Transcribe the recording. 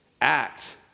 act